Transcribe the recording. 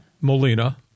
Molina